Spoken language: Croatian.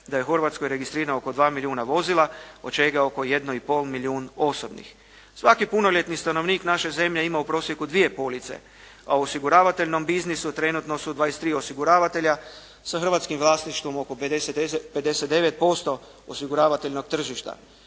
da je u Hrvatskoj registrirano oko 2 milijuna vozila, od čega je oko 1,5 milijun osobnih. Svaki punoljetni stanovnik naše zemlje ima u prosjeku dvije police, a osiguravateljnom biznisu trenutno su 23 osiguravatelja sa hrvatskim vlasništvom oko 59% osiguravateljnog tržišta.